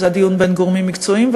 זה היה דיון בין גורמים מקצועיים,